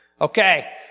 Okay